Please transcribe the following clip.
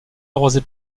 arrosée